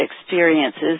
experiences